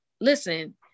listen